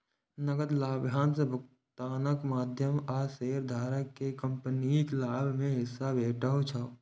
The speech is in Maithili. नकद लाभांश भुगतानक माध्यम सं शेयरधारक कें कंपनीक लाभ मे हिस्सा भेटै छै